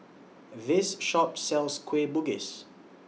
This Shop sells Kueh Bugis